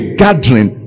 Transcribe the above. gathering